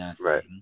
Right